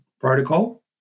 protocol